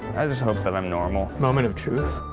i just hope that i'm normal. moment of truth.